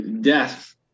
death